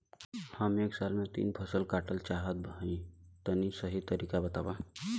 हम एक साल में तीन फसल काटल चाहत हइं तनि सही तरीका बतावा?